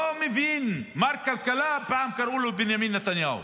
לא מבין, מר כלכלה, פעם קראו לו בנימין נתניהו,